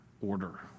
order